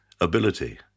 ability